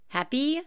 Happy